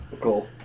Cool